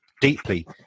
deeply